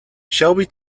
shelby